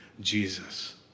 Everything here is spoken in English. Jesus